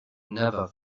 never